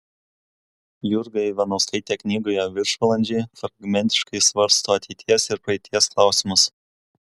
jurga ivanauskaitė knygoje viršvalandžiai fragmentiškai svarsto ateities ir praeities klausimus